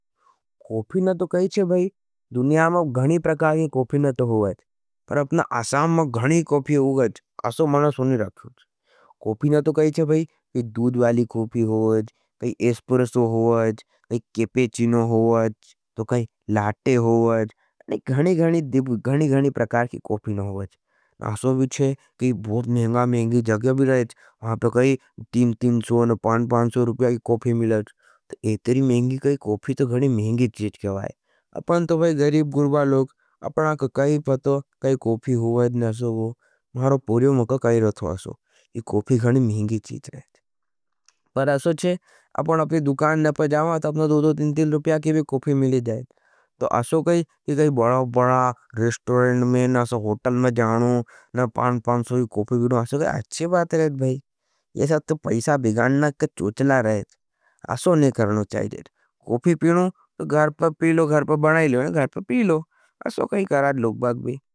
कोफीना तो कहीचे भाई, दुनिया माँ गणी प्रकार के कोफीना तो होवाज। पर अपना आसाम माँ गणी कोफी होगाज। असो मना सोनी राख्योज। कोफीना तो कहीचे भाई, कै दूद वाली कोफी होवाज। कोफीना तो कहीचे भाई, दुनिया माँ गणी प्रकार के कोफीना तो होवाज। असो बीचे कहीचे बहुत महंगा महंगी जग्या भी रहेज। वहाँ पर कहीचे तीन सौ पाँच सौ रुपया के कोफी मिलाज। इतरी महंगी कोफी तो गणी महंगी चीज क्या वाई। अपनतो गरीब गुर्बा लोग, अपना का काई पतो काई कोफी होवाज न असो वो, मारो पोरियो महंगा काई रथो असो, इतरी कोफी गणी महंगी चीज रहेज। पर असो छे, अपना अपने दुकान ने पर जाओंगा तो अपना दो टीन रुपया के कोफी मिले जाओंगा, तो असो कही बड़ा-बड़ा रिस्टोरेंड में, असो होटल में जाओंगा न पान-पान सोगी कोफी पिनों असो कही अच्छी बात रहेज भाई, ये साथ तो पैस बिगाण नक्के चूचला रहेज, असो ने करनों चाहिए। कोफी पिनों तो घर पप पीलो, घर पप बनाये लो न, घर पप पीलो, असो कही कराज लोग बाग भी।